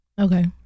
Okay